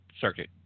Circuit